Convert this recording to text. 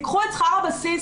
תיקחו את שכר הבסיס,